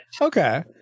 Okay